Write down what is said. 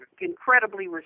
incredibly